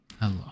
Hello